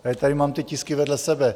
Já tady mám ty tisky vedle sebe.